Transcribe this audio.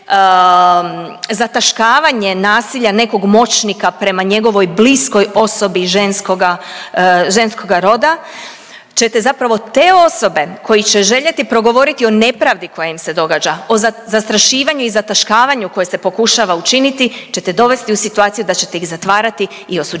zataškavanje nasilja nekog moćnika prema njegovoj bliskoj osobi ženskoga, ženskoga roda ćete zapravo te osobe koji će željeti progovoriti o nepravdi koja im se događa, o zastrašivanju i zataškavanju koje se pokušava učiniti ćete dovesti u situaciju da ćete ih zatvarati i osuđivati